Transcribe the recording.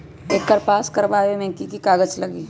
एकर पास करवावे मे की की कागज लगी?